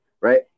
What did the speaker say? right